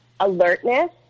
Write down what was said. alertness